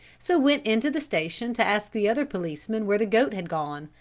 so went into the station to ask the other policemen where the goat had gone,